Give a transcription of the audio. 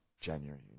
January